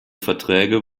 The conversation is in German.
verträge